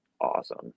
awesome